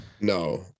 no